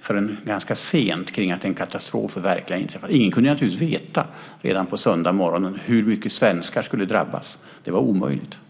förrän ganska sent om att en katastrof verkligen har inträffat. Ingen kunde naturligtvis veta redan på söndagsmorgonen hur många svenskar som skulle drabbas. Det var omöjligt.